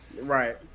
Right